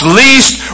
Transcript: least